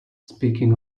speaking